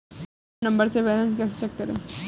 Account number से balance कैसे check करें?